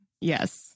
Yes